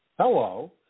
Hello